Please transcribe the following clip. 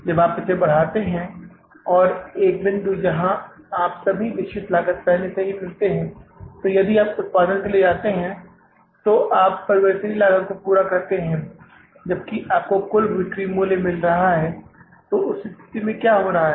जब आप इसे बढ़ाते हैं और एक बिंदु जहां आप सभी निश्चित लागत पहले से ही मिलते हैं तो यदि आप उत्पादन के लिए जाते हैं तो आप परिवर्तनीय लागत को पूरा कर रहे हैं जबकि आपको कुल बिक्री मूल्य मिल रहा है तो उस स्थिति में क्या हो रहा है